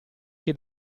che